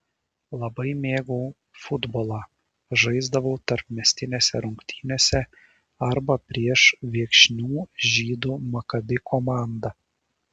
labai mėgau futbolą žaisdavau tarpmiestinėse rungtynėse arba prieš viekšnių žydų makabi komandą